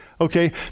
okay